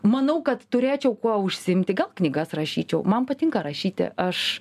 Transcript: manau kad turėčiau kuo užsiimti gal knygas rašyčiau man patinka rašyti aš